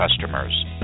customers